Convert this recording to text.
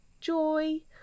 joy